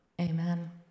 Amen